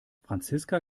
franziska